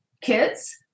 kids